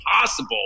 possible